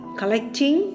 collecting